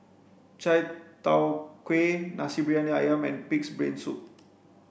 chai tow kuay nasi briyani ayam and pig's brain soup